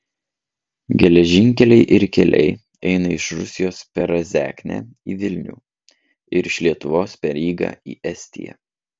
geležinkeliai ir keliai eina iš rusijos per rezeknę į vilnių ir iš lietuvos per rygą į estiją